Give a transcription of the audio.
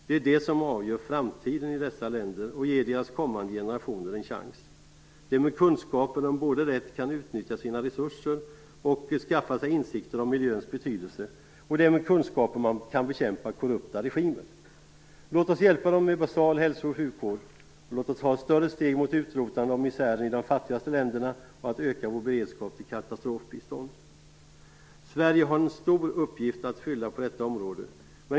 Det är ju det som avgör framtiden i dessa länder och som ger kommande generationer där en chans. Det är med kunskaper som de både rätt kan utnyttja sina resurser och skaffa sig insikter om miljöns betydelse. Det är med kunskaper man kan bekämpa korrupta regimer. Låt oss hjälpa de här länderna med basal hälso och sjukvård. Låt oss ta ett större steg mot utrotande av misären i de fattigaste länderna och öka vår beredskap till katastrofbistånd. Sverige har en stor uppgift att fylla på detta område.